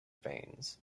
veins